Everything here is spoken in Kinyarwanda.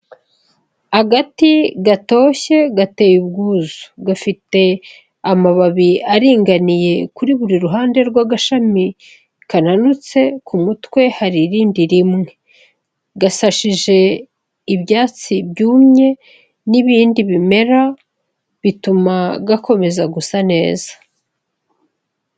Agati gatoshye gateye ubwuzu, gafite amababi aringaniye kuri buri ruhande rw'agashami kananutse ku mutwe hari irindi rimwe, gasashije ibyatsi byumye n'ibindi bimera, bituma gakomeza gusa neza.